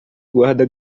guarda